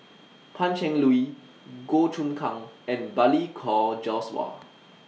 Pan Cheng Lui Goh Choon Kang and Balli Kaur Jaswal